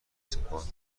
سپاه